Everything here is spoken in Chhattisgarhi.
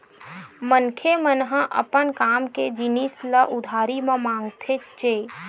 मनखे मन ह अपन काम के जिनिस ल उधारी म मांगथेच्चे